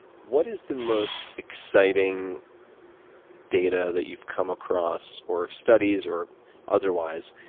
what is the most exciting data that you've come across, or of studies, or otherwise,